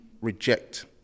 reject